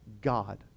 God